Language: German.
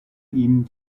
ihm